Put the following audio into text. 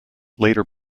later